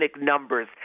numbers